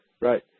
Right